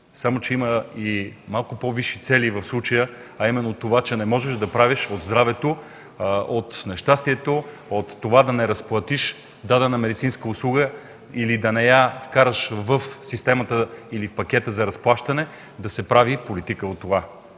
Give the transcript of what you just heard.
Само че има и малко по-висши цели в случая, а именно това че не можеш от здравето, от нещастието, от това да не разплатиш дадена медицинска услуга, или да не я вкараш в системата или в пакета за разплащане да правиш политика.